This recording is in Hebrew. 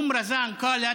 אום רזאן אמרה: